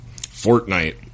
Fortnite